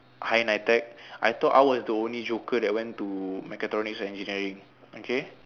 higher nitec I thought I was the only joker that went to mechatronic engineering okay